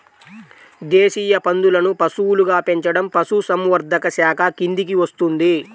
దేశీయ పందులను పశువులుగా పెంచడం పశుసంవర్ధక శాఖ కిందికి వస్తుంది